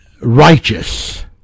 righteous